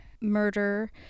murder